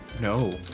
No